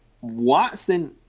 Watson